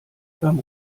beim